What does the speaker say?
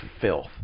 filth